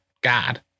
God